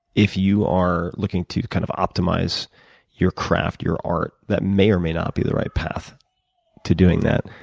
if you are looking to to kind of optimize your craft, your art, that may or may not be the right path to doing that.